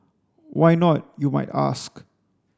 why not you might ask